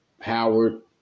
Howard